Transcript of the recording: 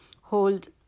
hold